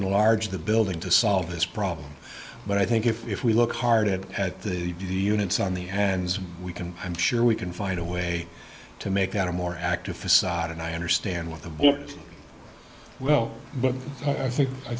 enlarge the building to solve this problem but i think if we look hard at the units on the hands we can i'm sure we can find a way to make that a more active faade and i understand what the well but i think i